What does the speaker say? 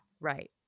Right